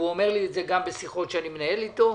והוא אומר לי את זה גם בשיחות שאני מנהל אתו,